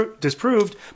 disproved